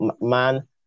Man